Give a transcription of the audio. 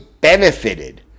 benefited